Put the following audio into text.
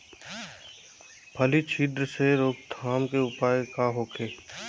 फली छिद्र से रोकथाम के उपाय का होखे?